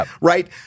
right